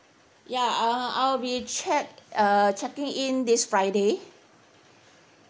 ya uh I'll be check uh checking in this friday